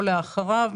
או לאחריו,